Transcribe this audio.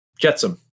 Jetsam